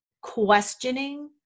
questioning